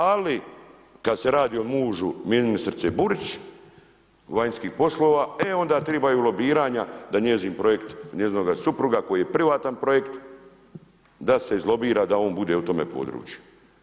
Ali, kada se radi o mužu ministrice Burić, vanjskih poslova, e onda trebaju lobiranja, da njezin projekt, njezinoga supruga, koji je privatan projekt, da se izlobira, da on bude u tome području.